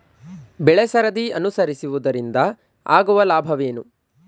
ಬೆಳೆಸರದಿ ಅನುಸರಿಸುವುದರಿಂದ ಆಗುವ ಲಾಭವೇನು?